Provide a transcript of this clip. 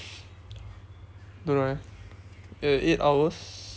don't know eh uh eight hours